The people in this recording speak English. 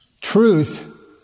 truth